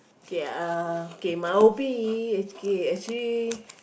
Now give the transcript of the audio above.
K uh K my is okay actually